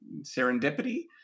serendipity